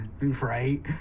right